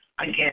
again